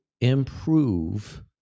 improve